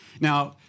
Now